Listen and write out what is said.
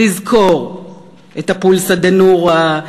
לזכור את ה"פולסא דנורא",